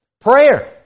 Prayer